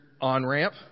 on-ramp